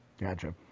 Gotcha